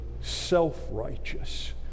self-righteous